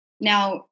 Now